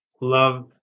love